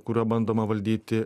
kuriuo bandoma valdyti